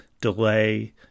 delay